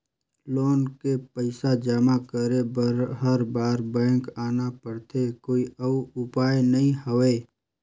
Loan के पईसा जमा करे बर हर बार बैंक आना पड़थे कोई अउ उपाय नइ हवय?